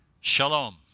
Shalom